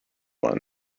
one